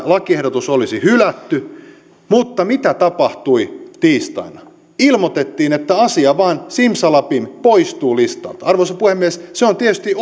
lakiehdotus olisi hylätty mutta mitä tapahtui tiistaina ilmoitettiin että asia vain simsalabim poistuu listalta arvoisa puhemies siihen on tietysti